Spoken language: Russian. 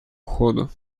уходу